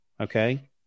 Okay